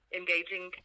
engaging